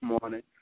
morning